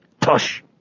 Tush